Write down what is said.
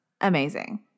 Amazing